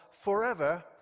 forever